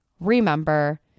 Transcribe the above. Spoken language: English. remember